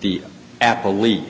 the apple leak